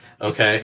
Okay